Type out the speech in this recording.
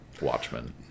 Watchmen